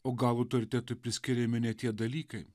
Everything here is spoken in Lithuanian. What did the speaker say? o gal autoritetui priskiriami ne tie dalykai